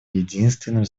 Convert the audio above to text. единственным